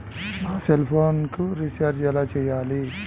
నా సెల్ఫోన్కు రీచార్జ్ ఎలా చేయాలి?